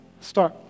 start